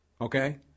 okay